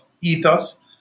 ethos